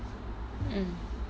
mm